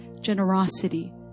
generosity